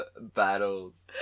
battles